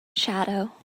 shadow